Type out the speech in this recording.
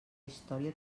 història